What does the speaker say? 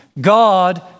God